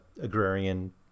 agrarian